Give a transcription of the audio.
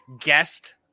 guest